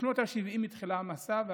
בשנות השבעים, התחיל המסע.